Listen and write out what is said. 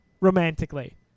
romantically